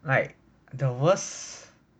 like the worst